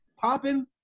popping